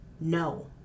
no